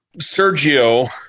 Sergio